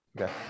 okay